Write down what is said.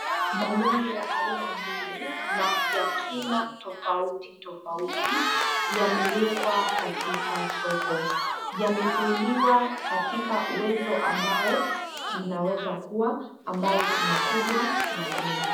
Malenge ya aina mbili na ya kina tofauti tofauti yamewekwa katika soko. Yameteuliwa katika uwezo ambao linaweza kuwa ambayo kuna kubwa na ndogo.